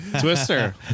twister